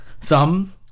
thumb